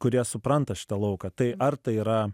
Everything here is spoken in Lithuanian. kurie supranta šitą lauką tai ar tai yra